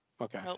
Okay